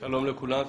שלום לכולם,